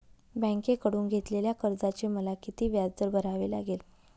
बँकेकडून घेतलेल्या कर्जाचे मला किती व्याज भरावे लागेल?